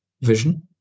vision